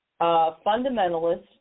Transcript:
fundamentalists